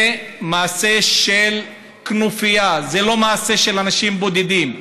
זה מעשה של כנופיה, זה לא מעשה של אנשים בודדים.